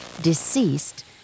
deceased